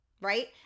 right